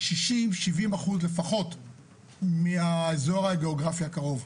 60% 70% לפחות מהאזור הגיאוגרפי הקרוב.